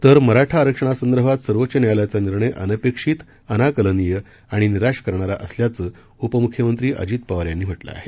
तर मराठा आरक्षणासंदर्भात सर्वोच्च न्यायालयाचा निर्णय अनपेक्षित अनाकलनीय आणि निराश करणारा असल्याचं उपमुख्यमंत्री अजीत पवार यांनी म्हटलं आहे